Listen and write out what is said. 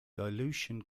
dilution